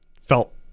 felt